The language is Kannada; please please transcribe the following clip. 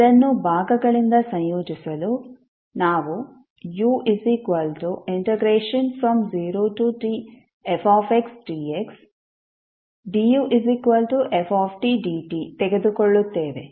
ಇದನ್ನು ಭಾಗಗಳಿಂದ ಸಂಯೋಜಿಸಲು ನಾವು u0tfxdxduftdt ತೆಗೆದುಕೊಳ್ಳುತ್ತೇವೆ